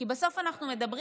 כדי להעביר